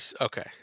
Okay